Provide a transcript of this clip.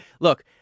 look